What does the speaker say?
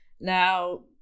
Now